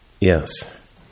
Yes